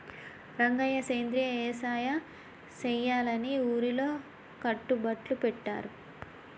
రంగయ్య సెంద్రియ యవసాయ సెయ్యాలని ఊరిలో కట్టుబట్లు పెట్టారు